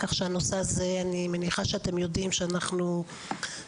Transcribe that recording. כך שאני מניחה שאתם יודעים שאנחנו מטפלים